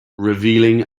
revealing